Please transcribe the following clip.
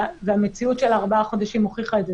והמציאות של ארבעה חודשים הוכיחה את זה.